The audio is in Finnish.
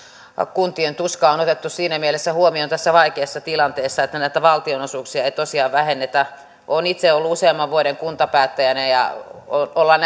kuntien tuska on otettu siinä mielessä huomioon tässä vaikeassa tilanteessa että näitä valtionosuuksia ei tosiaan vähennetä olen itse ollut useamman vuoden kuntapäättäjänä ja ollaan